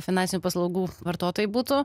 finansinių paslaugų vartotojai būtų